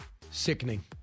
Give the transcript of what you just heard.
Sickening